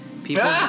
People